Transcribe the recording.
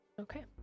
Okay